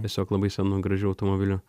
tiesiog labai senu gražiu automobiliu